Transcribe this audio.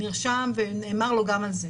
נרשם ונאמר לו גם על זה.